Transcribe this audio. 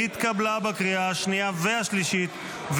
התקבלה בקריאה השנייה והשלישית,